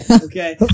Okay